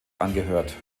angehört